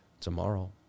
tomorrow